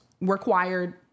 required